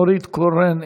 נורית קורן,